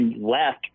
left